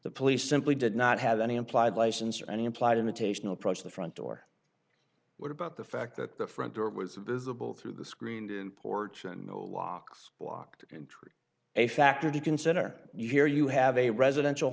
the police simply did not have any implied license or any implied imitation approached the front door what about the fact that the front door was visible through the screened in porch and the locks blocked and a factor to consider you here you have a residential